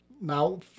Now